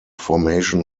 formation